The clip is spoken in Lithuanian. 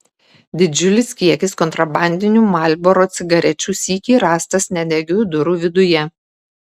didžiulis kiekis kontrabandinių marlboro cigarečių sykį rastas nedegių durų viduje